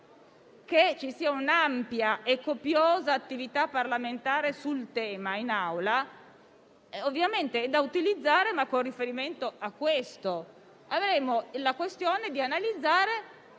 che ci sia un'ampia e copiosa attività parlamentare sul tema, ovviamente, è da utilizzare, ma con riferimento a questo. Dovremo analizzare